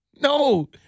No